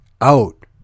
out